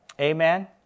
Amen